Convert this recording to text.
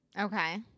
Okay